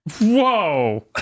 Whoa